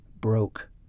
broke